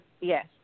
Yes